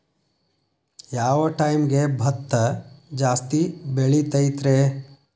ಯಾವ ಟೈಮ್ಗೆ ಭತ್ತ ಜಾಸ್ತಿ ಬೆಳಿತೈತ್ರೇ?